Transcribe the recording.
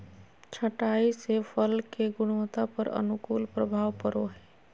छंटाई से फल के गुणवत्ता पर अनुकूल प्रभाव पड़ो हइ